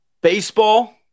Baseball